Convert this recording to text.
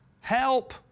Help